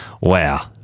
wow